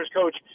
coach